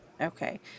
Okay